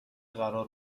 قرار